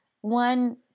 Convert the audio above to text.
one